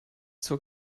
zur